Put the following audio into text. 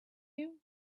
you